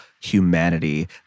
humanity